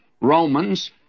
Romans